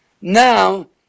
now